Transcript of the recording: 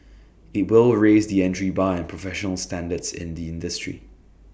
IT will raise the entry bar and professional standards in the industry